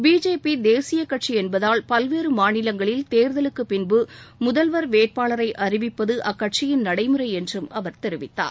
BJP தேசிய கட்சி என்பதால் அவர்கள் பல்வேறு மாநிலங்களில் தேர்தலுக்குப் பின்பு முதல்வர் வேட்பாளரை அறிவிப்பது அக்கட்சியின் நடைமுறை என்றும் அவர் தெரிவித்தார்